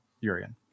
Urian